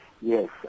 Yes